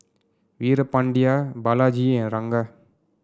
Veerapandiya Balaji and Ranga